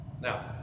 now